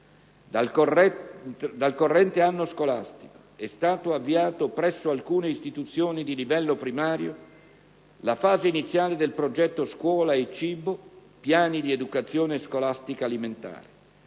Dal corrente anno scolastico è stata avviata presso alcune istituzioni di livello primario la fase iniziale del Progetto "scuola e cibo" - piani di educazione scolastica alimentare.